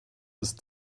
ist